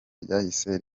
ryahise